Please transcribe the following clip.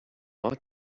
ought